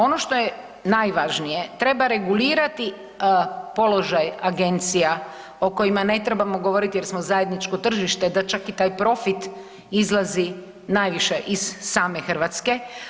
Ono što je najvažnije, treba regulirati položaj agencija o kojima ne trebamo govoriti jer smo zajedničko tržište da čak i taj profit izlazi najviše iz same Hrvatske.